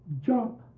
Jump